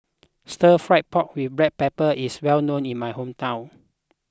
Stir Fried Pork with Black Pepper is well known in my hometown